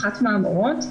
אחת מהמורות,